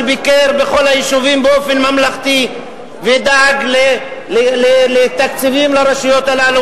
שביקר בכל היישובים באופן ממלכתי ודאג לתקציבים לרשויות הללו,